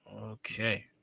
Okay